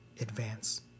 advance